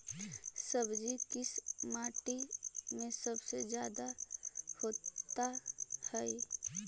सब्जी किस माटी में सबसे ज्यादा होता है?